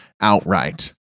outright